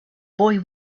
boy